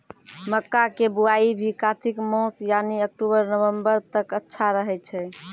मक्का के बुआई भी कातिक मास यानी अक्टूबर नवंबर तक अच्छा रहय छै